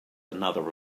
another